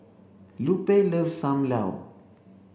Lupe loves Sam Lau